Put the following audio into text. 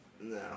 No